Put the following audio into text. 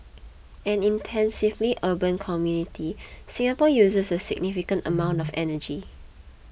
an intensively urban community Singapore uses a significant amount of energy